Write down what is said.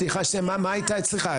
סליחה מה היא הייתה צריכה,